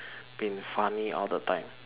been funny all the time